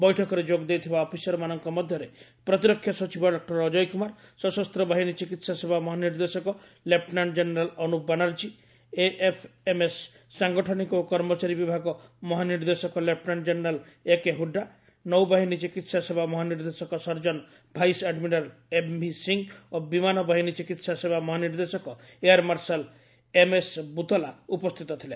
ବୈଠକରେ ଯୋଗ ଦେଇଥିବା ଅଫିସରମାନଙ୍କ ମଧ୍ୟରେ ପ୍ରତିରକ୍ଷା ସଚିବ ଡକ୍କର ଅଜୟ କୁମାର ସଶସ୍ତ ବାହିନୀ ଚିକିତ୍ସା ସେବା ମହାନିର୍ଦ୍ଦେଶକ lieutenant general Anup Banerjee AFMS ସାଙ୍ଗଠନିକ ଓ କର୍ମଚାରୀ ବିଭାଗ ମହାନିର୍ଦ୍ଦେଶକ ଲେପୃନାଣ୍ଟ ଜେନେରାଲ୍ ଏକେ ହୁଡ୍ଡା ନୌବାହିନୀ ଚିକିତ୍ସା ସେବା ମହାନିର୍ଦ୍ଦେଶକ surgeon vice admiral M V Singh ଓ ବିମାନ ବାହିନୀ ଚିକିତ୍ସା ସେବା ମହାନିର୍ଦ୍ଦେଶକ ଏୟାର୍ ମାର୍ସାଲ୍ ଏମ୍ଏସ୍ ବୁତୋଲା ଉପସ୍ଥିତ ଥିଲେ